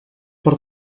per